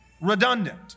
redundant